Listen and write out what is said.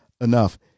enough